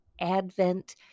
Advent